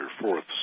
fourth